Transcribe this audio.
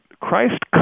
Christ